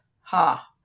ha